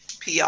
PR